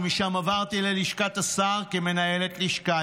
ומשם עברתי ללשכת השר כמנהלת לשכה',